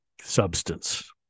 substance